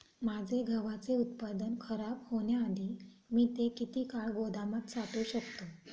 माझे गव्हाचे उत्पादन खराब होण्याआधी मी ते किती काळ गोदामात साठवू शकतो?